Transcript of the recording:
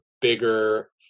bigger